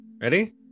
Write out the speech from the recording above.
ready